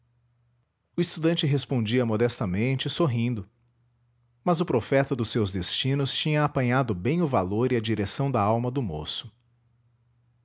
o estudante respondia modestamente sorrindo mas o profeta dos seus destinos tinha apanhado bem o valor e a direção da alma do moço